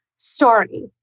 story